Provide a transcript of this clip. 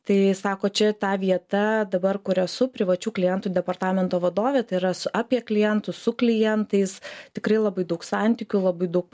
tai sako čia ta vieta dabar kur esu privačių klientų departamento vadovė tai yra su apie klientus su klientais tikrai labai daug santykių labai daug